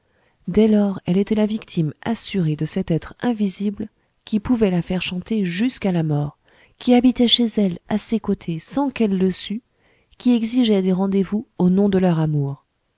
dès lors elle était la victime assurée de cet être invisible qui pouvait la faire chanter jusqu'à la mort qui habitait chez elle à ses côtés sans qu'elle le sût qui exigeait des rendezvous au nom de leur amour